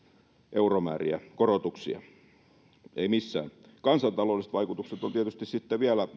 euromääriä korotuksia ei millään kansantaloudelliset vaikutukset heijastusvaikutukset ovat tietysti sitten vielä